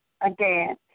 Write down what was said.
again